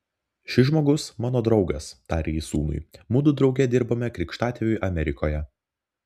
šis žmogus mano draugas tarė jis sūnui mudu drauge dirbome krikštatėviui amerikoje